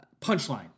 punchline